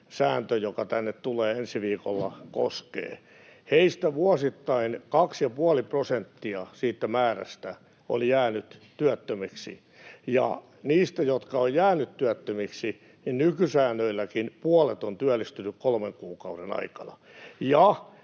sääntö, joka tänne tulee ensi viikolla. Siitä määrästä vuosittain 2,5 prosenttia oli jäänyt työttömäksi, ja niistä, jotka ovat jääneet työttömiksi, nykysäännöilläkin puolet on työllistynyt kolmen kuukauden aikana.